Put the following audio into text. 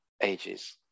ages